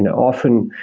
and often,